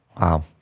Wow